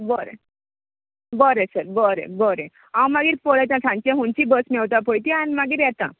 बरें बरें सर बरें बरें हांव मागीर पळयता सांचें खंयची बस मेळटा पळय ती आनी मागीर येता